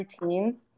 routines